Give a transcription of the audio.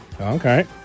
Okay